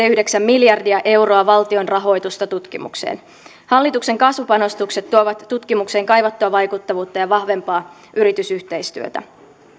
yhdeksän miljardia euroa valtion rahoitusta tutkimukseen hallituksen kasvupanostukset tuovat tutkimukseen kaivattua vaikuttavuutta ja vahvempaa yritysyhteistyötä